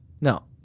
No